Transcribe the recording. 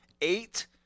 eight